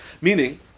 Meaning